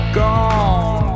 gone